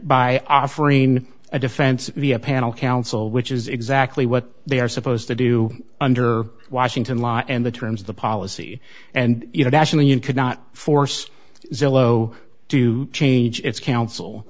by offering a defense panel counsel which is exactly what they are supposed to do under washington law and the terms of the policy and you know national you cannot force zillow to change its coun